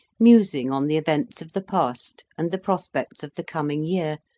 musing on the events of the past and the prospects of the coming year,